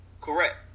Correct